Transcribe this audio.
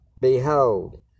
Behold